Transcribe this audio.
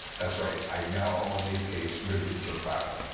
that's right. i now own a page of the gutenberg bible.